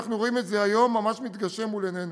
אנחנו רואים את זה היום ממש מתגשם מול עינינו.